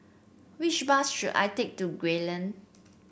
which bus should I take to Gray Lane